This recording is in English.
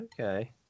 Okay